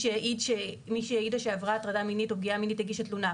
שהעידה שעברה פגיעה מינית או הטרדה מינית הגישה תלונה.